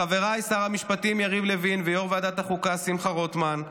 לחבריי שר המשפטים יריב לוין ויושב-ראש ועדת החוקה שמחה רוטמן,